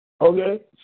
okay